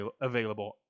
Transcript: available